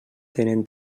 tenen